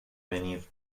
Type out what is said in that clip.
venir